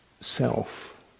self